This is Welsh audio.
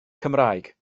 cymraeg